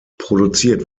produziert